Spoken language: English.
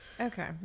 okay